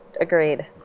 agreed